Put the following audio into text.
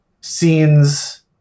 scenes